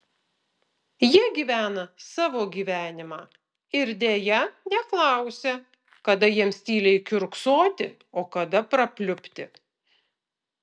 jie gyvena savo gyvenimą ir deja neklausia kada jiems tyliai kiurksoti o kada prapliupti